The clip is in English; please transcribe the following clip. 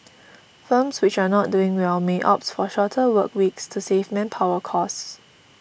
firms which are not doing well may opt for shorter work weeks to save manpower costs